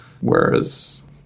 whereas